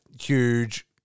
huge